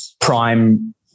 prime